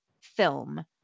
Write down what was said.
film